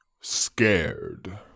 Scared